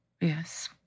yes